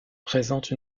présente